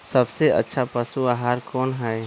सबसे अच्छा पशु आहार कोन हई?